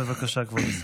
בבקשה, כבוד השר.